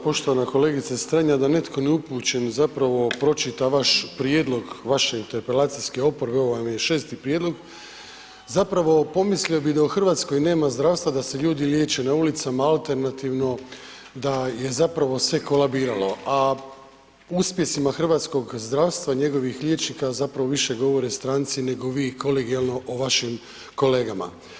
Poštovana kolegice Strenja, da netko neupućen zapravo pročita vaš prijedlog vaše interpelacijske oporbe, ovo vam je šesti prijedlog, zapravo pomislio bi da u Hrvatskoj nema zdravstva, da se ljudi liječe na ulicama, alternativno, da je zapravo sve kolabiralo a o uspjesima hrvatskog zdravstva i njegovih liječnika zapravo više govore stranci nego vi kolegijalno o vašim kolegama.